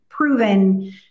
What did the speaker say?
proven